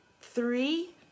three